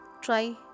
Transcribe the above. try